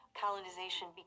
colonization